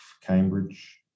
Cambridge